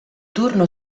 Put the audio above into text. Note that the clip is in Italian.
turno